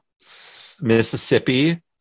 Mississippi